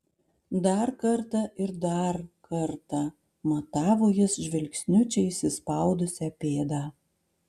dar kartą ir dar kartą matavo jis žvilgsniu čia įsispaudusią pėdą